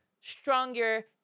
stronger